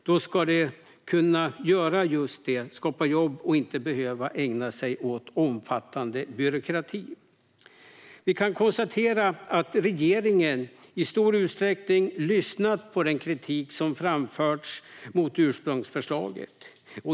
Då ska de kunna göra just det - skapa jobb - och inte behöva ägna sig åt omfattande byråkrati. Vi kan konstatera att regeringen i stor utsträckning har lyssnat på den kritik som har framförts mot ursprungsförslaget.